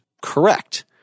correct